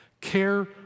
care